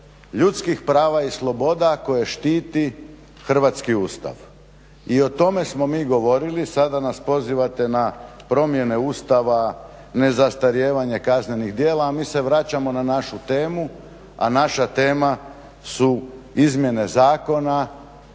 ljudskih prava i sloboda koje štiti hrvatski Ustav. I o tome smo mi govorili, sada nas pozivate na promjene Ustava, nezastarijevanje kaznenih djela, a mi se vraćamo na našu temu, a naša tema su izmjene zakona